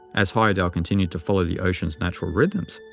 as heyerdahl continued to follow the ocean's natural rhythms,